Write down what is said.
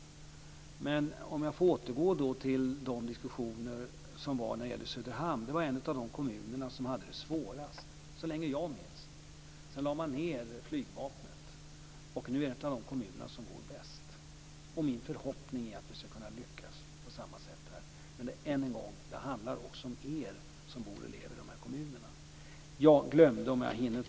En av de kommuner som hade det svårast var Söderhamn när man lade ned flygvapnet. Nu är det en av det kommuner där det går bäst. Min förhoppning är att vi ska kunna lyckas på samma sätt här, men än en gång: Det handlar också om er som bor och lever i dessa kommuner.